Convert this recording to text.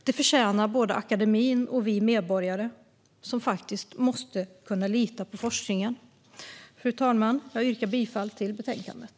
Det förtjänar både akademin och vi medborgare, som faktiskt måste kunna lita på forskningen. Fru talman! Jag yrkar bifall till förslaget i betänkandet.